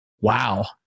wow